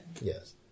Yes